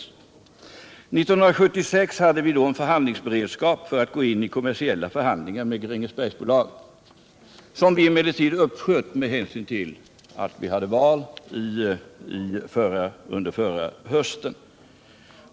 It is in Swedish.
År 1976 hade vi en förhandlingsberedskap för att gå in i kommersiella förhandlingar med Grängesbergsbolaget, vilka vi emellertid uppsköt med hänsyn till valet förra hösten.